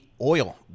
oil